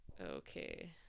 Okay